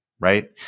Right